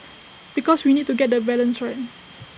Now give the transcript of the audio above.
because we need to get the balance right